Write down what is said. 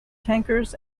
tankers